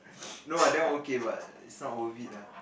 no ah that one okay but is not worth it lah